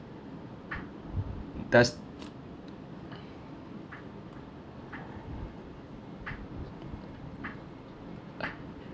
does